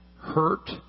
hurt